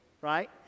right